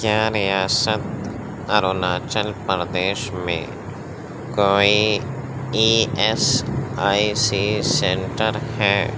کیا ریاست اروناچل پردیش میں کوئی E S I C centre ہے